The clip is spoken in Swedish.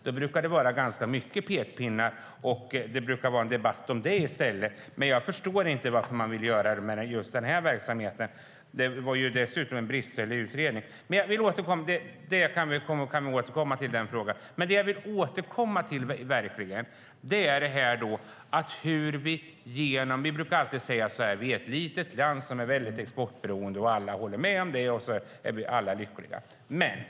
Det brukar vara ganska mycket pekpinnar och en debatt om det. Jag förstår inte varför man vill göra så här med just denna verksamhet. Det var dessutom en bristfällig utredning. Vi kan återkomma till den frågan. Vi brukar säga att Sverige är ett litet land som är väldigt exportberoende. Alla håller med om det, och så är alla lyckliga.